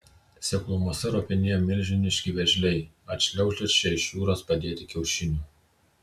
seklumose ropinėjo milžiniški vėžliai atšliaužę čia iš jūros padėti kiaušinių